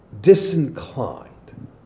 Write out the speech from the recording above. disinclined